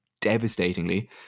devastatingly